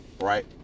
right